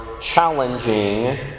challenging